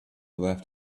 left